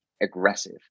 aggressive